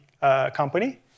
company